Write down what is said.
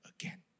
again